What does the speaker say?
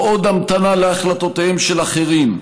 לא עוד המתנה להחלטותיהם של אחרים,